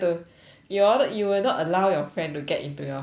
you will not you will not allow your friend to get into your house